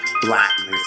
Blackness